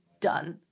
done